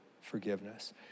forgiveness